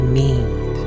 need